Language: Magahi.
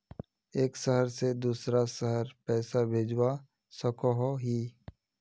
एक शहर से दूसरा शहर पैसा भेजवा सकोहो ही?